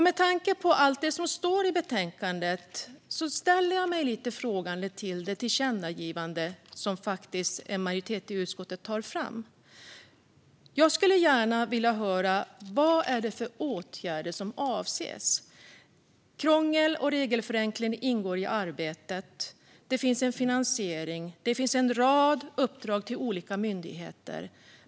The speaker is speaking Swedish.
Med tanke på allt som står i betänkandet ställer jag mig lite frågande till det tillkännagivande som en majoritet i utskottet ställer sig bakom. Jag skulle gärna vilja höra vad det är för åtgärder som avses. Minskat krångel och regelförenkling ingår i arbetet. Det finns finansiering. Det finns en rad uppdrag till olika myndigheter.